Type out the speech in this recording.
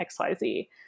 XYZ